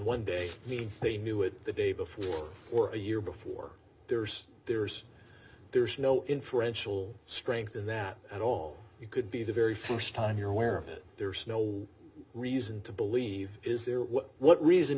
one day means they knew it the day before or a year before there's there's there's no inferential strength in that at all you could be the very st time you're aware of it there's no reason to believe is there what reason